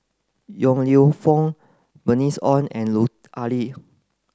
Yong Lew Foong Bernice Ong and Lut Ali